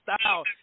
style